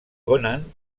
conan